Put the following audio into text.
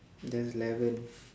that's eleven